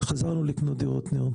חזרנו לקנות דירות נ"ר.